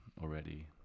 already